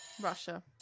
Russia